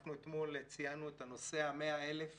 אנחנו אתמול ציינו את הנוסע ה-100,000